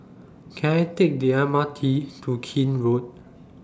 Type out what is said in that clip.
Can I Take The M R T to Keene Road